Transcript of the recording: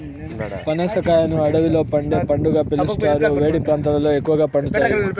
పనస కాయను అడవిలో పండే పండుగా పిలుస్తారు, వేడి ప్రాంతాలలో ఎక్కువగా పండుతాయి